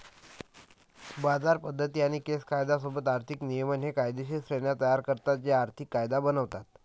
बाजार पद्धती आणि केस कायदा सोबत आर्थिक नियमन हे कायदेशीर श्रेण्या तयार करतात जे आर्थिक कायदा बनवतात